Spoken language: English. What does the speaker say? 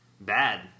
bad